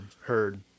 heard